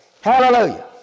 Hallelujah